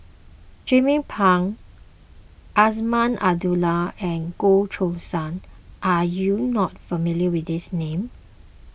Jernnine Pang Azman Abdullah and Goh Choo San are you not familiar with these names